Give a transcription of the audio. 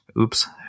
Oops